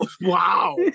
wow